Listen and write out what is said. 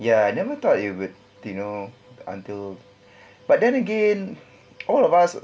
ya I never thought you with tino until but then again all of us